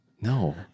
No